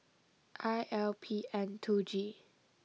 I L P N two G